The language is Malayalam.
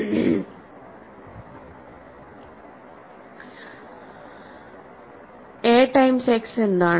a ടൈംസ് x എന്താണ്